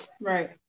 Right